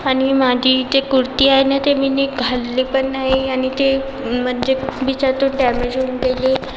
आणि माटी ते कुर्ती आहे ना ते मीनी घातली पण नाही आणि ते म्हणजे विचारतो डॅमेज होऊन गेली